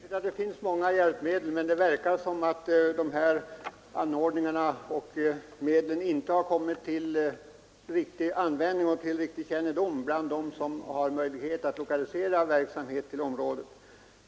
Herr talman! Ja, det finns många hjälpmedel, men det verkar som om dessa anordningar inte kommit till deras kännedom som har möjlighet att lokalisera verksamhet till området.